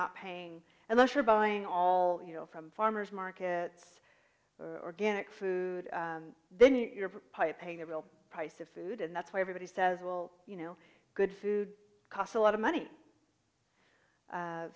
not paying and leisure buying all you know from farmers markets or organic food then you're piping a real price of food and that's why everybody says well you know good food costs a lot of money